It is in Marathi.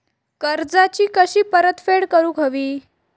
कर्जाची कशी परतफेड करूक हवी?